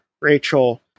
Rachel